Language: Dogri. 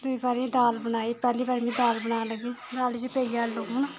दुई बारी दाल बनाई पैह्ली बारी में दाल बनान लगी दाली च पेई गेआ लून